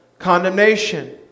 Condemnation